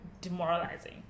demoralizing